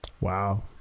Wow